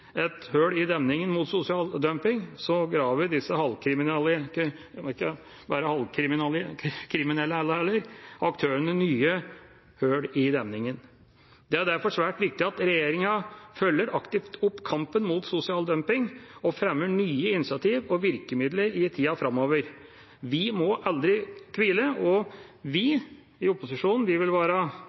et hull i demningen mot sosial dumping, så graver disse halvkriminelle – ja, de er ikke bare halvkriminelle alle, heller – aktørene nye hull i demningen. Det er derfor svært viktig at regjeringa følger aktivt opp kampen mot sosial dumping og fremmer nye initiativ og virkemidler i tiden framover. Vi må aldri hvile, og vi i opposisjonen vil være